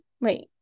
Wait